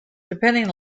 depending